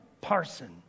parson